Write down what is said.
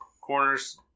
Corners